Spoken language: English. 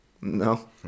No